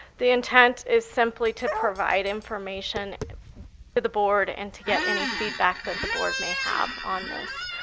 the intent is simply to provide information to the board and to get any feedback that the board may have on this.